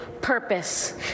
purpose